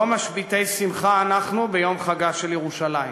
לא משביתי שמחה אנחנו ביום חגה של ירושלים.